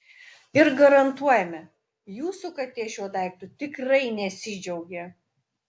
ir garantuojame jūsų katė šiuo daiktu tikrai nesidžiaugė